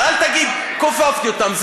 אבל אל תגיד: כופפתי אותם.